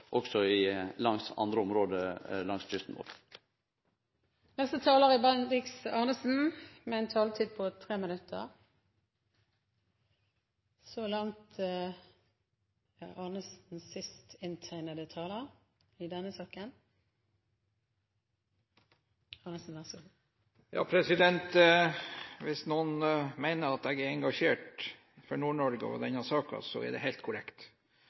også i andre område langs kysten vår. Hvis noen mener at jeg er engasjert for Nord-Norge og denne saken, så er det helt korrekt.